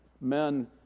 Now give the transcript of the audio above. Men